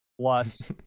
plus